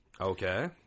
Okay